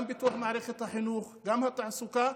במערכת החינוך וגם בתעסוקה.